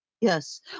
Yes